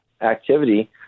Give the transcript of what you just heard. activity